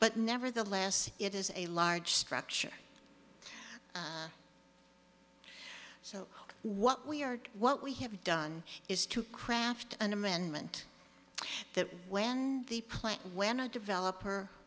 but nevertheless it is a large structure so what we are what we have done is to craft an amendment that when the plant when a developer